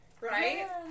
right